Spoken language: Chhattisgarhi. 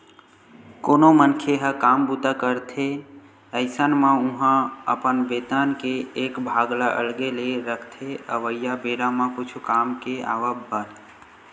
कोनो मनखे ह काम बूता करथे अइसन म ओहा अपन बेतन के एक भाग ल अलगे ले रखथे अवइया बेरा म कुछु काम के आवब बर